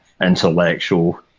intellectual